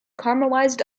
caramelized